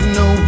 no